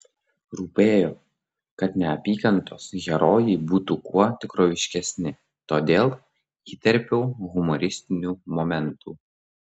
rūpėjo kad neapykantos herojai būtų kuo tikroviškesni todėl įterpiau humoristinių momentų